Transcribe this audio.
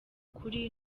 kuri